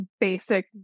basic